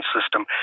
system